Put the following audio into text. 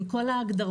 עם כל ההגדרות,